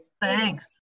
Thanks